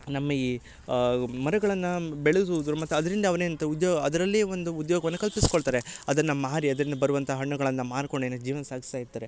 ನಮ್ಮ ಈ ಮರಗಳನ್ನ ಬೆಳೆಸುದ್ರ್ ಮತ್ತು ಅದರಿಂದ ಅವ್ನ ಎಂತ ಉದ್ಯೋಗ ಅದರಲ್ಲೆ ಒಂದು ಉದ್ಯೋಗವನ್ನ ಕಲ್ಪಿಸ್ಕೊಳ್ತಾರೆ ಅದನ್ನ ಮಾರಿ ಅದರಿಂದ ಬರುವಂಥ ಹಣ್ಣುಗಳನ್ನ ಮಾರ್ಕೊಂಡೆನೆ ಜೀವನ ಸಾಗ್ಸ್ತಾ ಇರ್ತಾರೆ